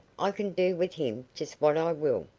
i can do with him just what i will.